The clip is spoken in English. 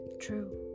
True